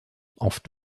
oft